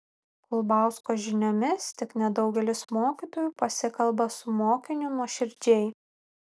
kulbausko žiniomis tik nedaugelis mokytojų pasikalba su mokiniu nuoširdžiai